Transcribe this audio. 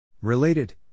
Related